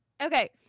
Okay